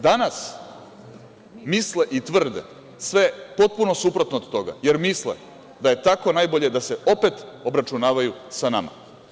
Danas misle i tvrde sve potpuno suprotno od toga jer misle da je tako najbolje da se opet obračunavaju sa nama.